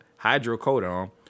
hydrocodone